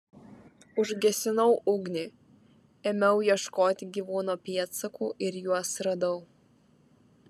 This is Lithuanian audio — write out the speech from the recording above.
užgesinau ugnį ėmiau ieškoti gyvūno pėdsakų ir juos radau